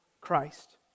Christ